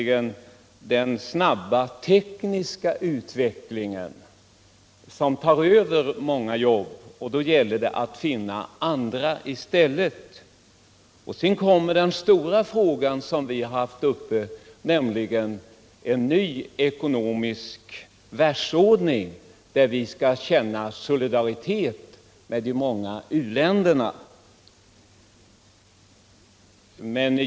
Genom den snabba tekniska utvecklingen förlorar vi många jobb, och då gäller det att finna andra i stället. Till detta kommer den stora fråga som vi haft uppe till diskussion, nämligen en ny ekonomisk världsordning, där vi skall visa solidaritet med de många u-länderna.